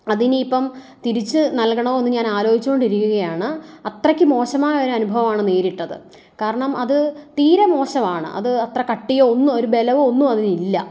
അത് ഇനി ഇപ്പം തിരിച്ച് നൽകണോ എന്ന് ഞാൻ ആലോചിച്ച് കൊണ്ടിരിക്കുകയാണ് അത്രക്കും മോശമായ ഒരു അനുഭവമാണ് നേരിട്ടത് കാരണം അത് തീരെ മോശമാണ് അത് അത്ര കട്ടിയോ ഒന്നും ഒരു ബലമോ ഒന്നും അതിന് ഇല്ല